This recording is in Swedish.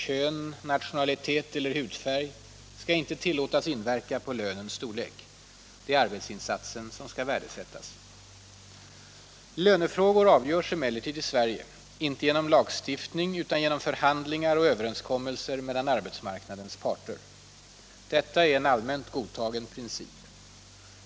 Kön, nationalitet eller hudfärg skall inte tillåtas inverka på lönens storlek. Det är arbetsinsatsen som skall värdesättas. I Lönefrågor avgörs emellertid i Sverige inte genom lagstiftning utan genom förhandlingar och överenskommelser mellan arbetsmarknadens parter. Detta är en allmänt godtagen princip.